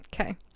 Okay